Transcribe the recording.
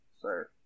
sir